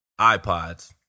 iPods